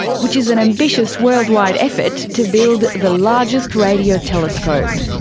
which is an ambitious worldwide effort to build the largest radio telescope.